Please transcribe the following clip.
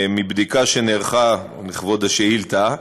מבדיקה שנערכה לכבוד השאילתה,